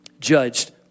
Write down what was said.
judged